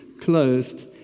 clothed